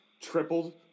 tripled